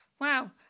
Wow